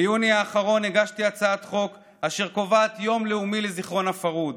ביוני האחרון הגשתי הצעת חוק אשר קובעת יום לאומי לזיכרון הפרהוד: